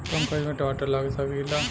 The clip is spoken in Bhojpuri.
कम खर्च में टमाटर लगा सकीला?